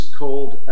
called